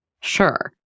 Sure